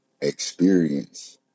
experience